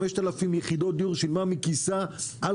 על 5,000 יחידות דיור היא שילמה מכיסה על